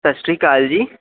ਸਤਿ ਸ਼੍ਰੀ ਅਕਾਲ ਜੀ